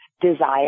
desire